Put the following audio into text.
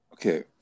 Okay